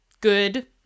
good